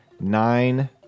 nine